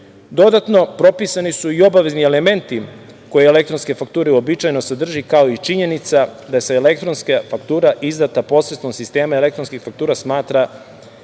sistemu. Dodatno, propisani su i obavezni elementi koje elektronske fakture uobičajeno sadrže, kao i činjenica da su elektronska faktura izdata posredstvom sistema elektronskih faktura smatra